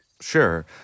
Sure